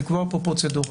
לקבוע פה פרוצדורה,